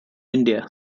india